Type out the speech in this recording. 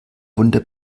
wunder